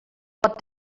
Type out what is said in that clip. pot